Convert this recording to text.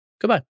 Goodbye